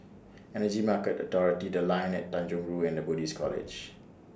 Energy Market Authority The Line At Tanjong Rhu and The Buddhist College